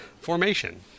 formation